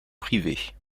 privée